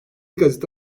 gazete